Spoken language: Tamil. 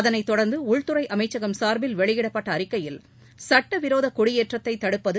அதைத்தொடர்ந்து உள்துறை அமைச்சகம் சார்பில் வெளியிடப்பட்ட அறிக்கையில் சுட்ட விரோத குடியேற்றத்தை தடுப்பது